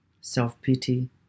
self-pity